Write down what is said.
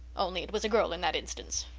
only, it was a girl in that instance.